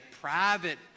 private